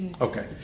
Okay